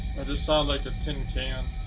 and so like a tin can.